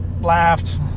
laughed